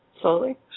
Slowly